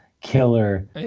killer